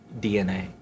DNA